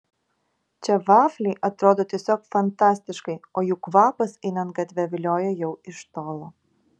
čia vafliai atrodo tiesiog fantastiškai o jų kvapas einant gatve vilioja jau iš tolo